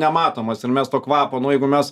nematomas ir mes to kvapo nu jeigu mes